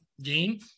Gene